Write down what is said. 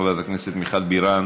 חברת הכנסת מיכל בירן,